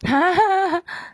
!huh!